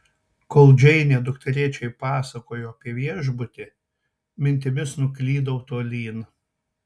kol džeinė dukterėčiai pasakojo apie viešbutį mintimis nuklydau tolyn